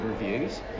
reviews